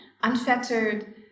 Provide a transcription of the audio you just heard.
Unfettered